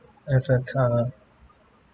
as a err